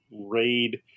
raid